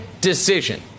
decision